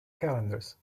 calendars